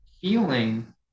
feeling